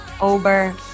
over